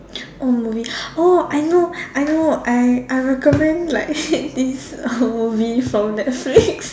oh movie oh I know I know I I recommend like this movie from netflix